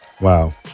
Wow